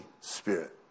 Spirit